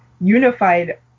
unified